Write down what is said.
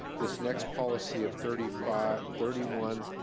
this next policy of thirty five, thirty one,